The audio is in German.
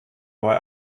bei